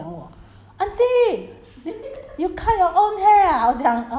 还是 june 它刚刚开那个 barber 我去剪那个那个女孩子就讲我